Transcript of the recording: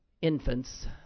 infants